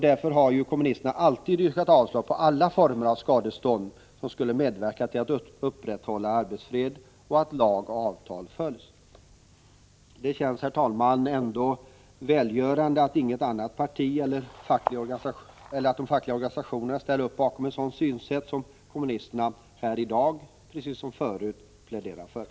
Därför har ju kommunisterna alltid yrkat avslag på alla former av skadestånd, som skulle kunna medverka till att det upprätthålls arbetsfred och att lag och avtal följs. Det känns, herr talman, ändå välgörande att inget annat parti eller de fackliga organisationerna ställer upp bakom det synsätt som kommunisterna här i dag, precis som förut, pläderar för.